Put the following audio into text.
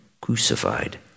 crucified